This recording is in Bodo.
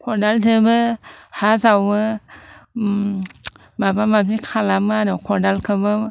खदालजोंबो हा जावो माबा माबि खालामो आरो खदालखौबो